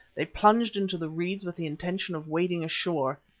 they plunged into the reeds with the intention of wading ashore.